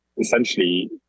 essentially